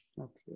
Okay